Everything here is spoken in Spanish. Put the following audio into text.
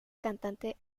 cantante